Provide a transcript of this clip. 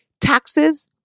taxes